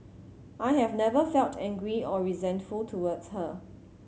I have never felt angry or resentful towards her